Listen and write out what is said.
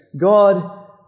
God